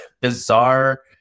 bizarre